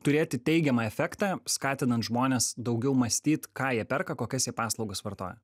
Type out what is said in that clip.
turėti teigiamą efektą skatinant žmones daugiau mąstyt ką jie perka kokias paslaugas vartoja